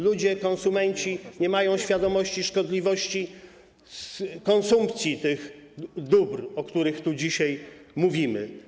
Ludzie, konsumenci nie mają świadomości szkodliwości konsumpcji tych dóbr, o których tu dzisiaj mówimy.